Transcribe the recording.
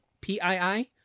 P-I-I